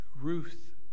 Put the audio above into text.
Ruth